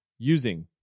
using